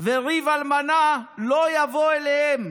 וריב אלמנה לא יבוא אליהם".